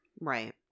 right